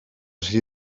rhy